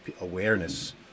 awareness